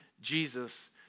Jesus